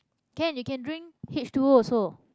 can you can drink h-two-o also